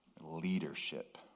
leadership